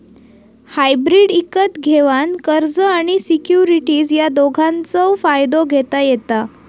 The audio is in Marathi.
हायब्रीड इकत घेवान कर्ज आणि सिक्युरिटीज या दोघांचव फायदो घेता येता